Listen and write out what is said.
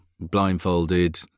blindfolded